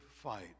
fight